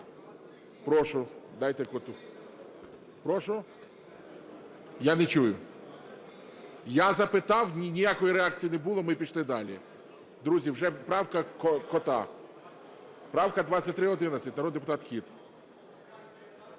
Прошу, дайте Коту. Прошу? Я не чую. Я запитав, ніякої реакції не було, ми пішли далі. Далі, друзі, вже правка Кота. Правка 2311, народний депутат Кіт.